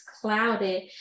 clouded